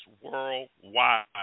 worldwide